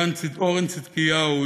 אורן צדקיהו,